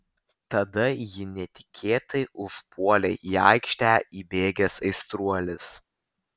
tada jį netikėtai užpuolė į aikštę įbėgęs aistruolis